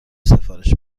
سفارش